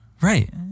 right